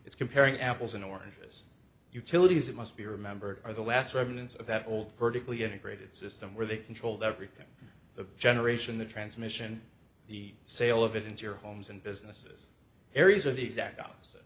it's comparing apples and oranges utilities it must be remembered are the last remnants of that old vertically integrated system where they controlled everything the generation the transmission the sale of it into your homes and businesses areas are the exact opposite